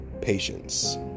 patience